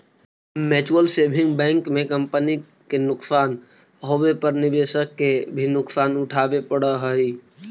mutual saving bank में company के नुकसान होवे पर निवेशक के भी नुकसान उठावे पड़ऽ हइ